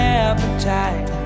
appetite